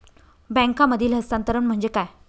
बँकांमधील हस्तांतरण म्हणजे काय?